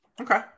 Okay